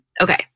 Okay